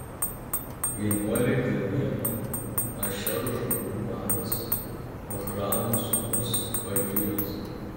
vienuoliktą dieną ašero žmonių vadas ochrano sūnus pagielis